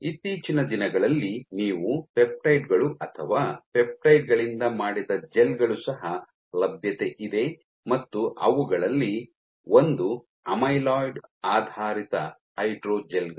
ಇತ್ತೀಚಿನ ದಿನಗಳಲ್ಲಿ ನೀವು ಪೆಪ್ಟೈಡ್ ಗಳು ಅಥವಾ ಪೆಪ್ಟೈಡ್ ಗಳಿಂದ ಮಾಡಿದ ಜೆಲ್ ಗಳು ಸಹ ಲಭ್ಯತೆ ಇದೆ ಮತ್ತು ಅವುಗಳಲ್ಲಿ ಒಂದು ಅಮೈಲಾಯ್ಡ್ ಆಧಾರಿತ ಹೈಡ್ರೋಜೆಲ್ ಗಳು